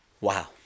Wow